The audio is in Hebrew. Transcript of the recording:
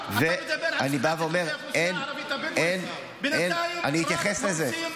--- בינתיים רק הורסים בתים --- אני אתייחס לזה.